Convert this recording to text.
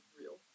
real